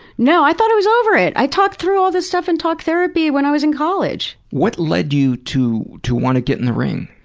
no, i thought i was over it. i talked through all this stuff in talk therapy when i was in college. what led you to to want to get in the ring?